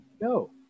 No